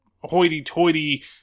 hoity-toity